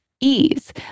ease